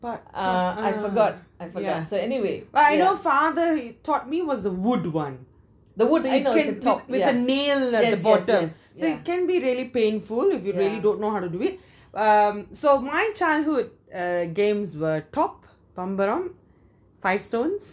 ah ah yeah but I know father he taught me was the wood one it came with the nail at the bottom it can be really painful if you really don't know how to do it um so my childhood uh games were top pambaram five stones